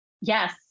Yes